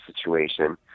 situation